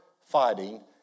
fighting